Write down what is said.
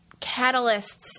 catalysts